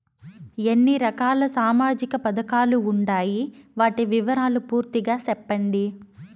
ఎన్ని రకాల సామాజిక పథకాలు ఉండాయి? వాటి వివరాలు పూర్తిగా సెప్పండి?